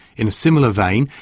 in a similar vein,